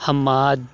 Hammad